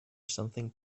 something